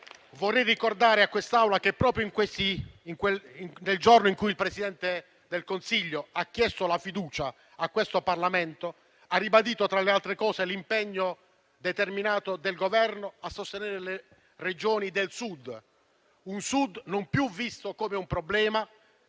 Vorrei ricordare a questa Assemblea che proprio nel giorno in cui il Presidente del Consiglio ha chiesto la fiducia a questo Parlamento, ha ribadito, tra le altre cose, l'impegno determinato del Governo a sostenere le Regioni del Sud, un Sud visto non più come un problema,